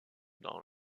dans